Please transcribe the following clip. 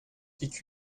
iki